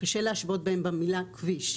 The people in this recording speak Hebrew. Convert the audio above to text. קשה להשוות בהם במילה כביש.